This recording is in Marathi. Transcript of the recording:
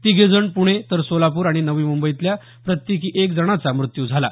तिघेजण पुणे तर सोलापूर आणि नवी मुंबईतल्या प्रत्येकी एक जणाचा मृत्यू झाला